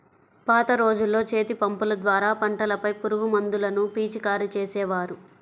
పాత రోజుల్లో చేతిపంపుల ద్వారా పంటలపై పురుగుమందులను పిచికారీ చేసేవారు